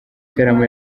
ikaramu